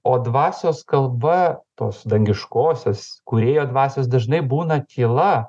o dvasios kalba tos dangiškosios kūrėjo dvasios dažnai būna tyla